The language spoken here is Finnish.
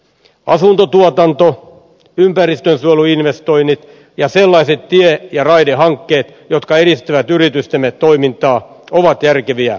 asuntotuotanto ympäristönsuojeluinvestoinnit ja sellaiset tie ja raidehankkeet jotka edistävät yritystemme toimintaa ovat järkeviä elvytyskohteita